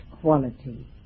quality